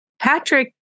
patrick